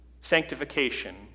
sanctification